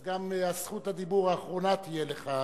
אז גם זכות הדיבור האחרונה תהיה לך,